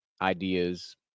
ideas